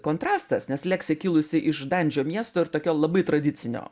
kontrastas nes leksi kilusi iš dandžio miesto ir tokio labai tradicinio